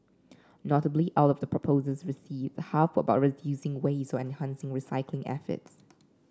notably out of the proposals received half were about reducing waste or enhancing recycling efforts